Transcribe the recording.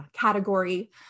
category